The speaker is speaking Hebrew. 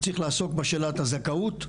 צריך לעסוק בשאלת הזכאות,